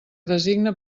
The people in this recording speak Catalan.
designe